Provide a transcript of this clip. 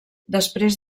després